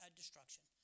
destruction